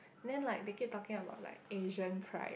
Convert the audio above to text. then like they keep talking about like Asian pride